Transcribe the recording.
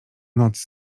noc